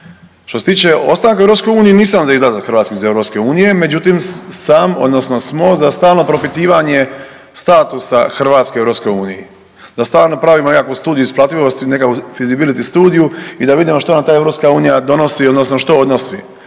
Što se tiče ostanka u EU nisam za izlazak Hrvatske iz EU međutim sam odnosno smo za stalno propitivanje statusa Hrvatske u EU. Da stalno pravimo nekakvu studiju isplativosti nekakvu Feasibility studiju i da vidimo što nam ta EU donosi odnosno što odnosi.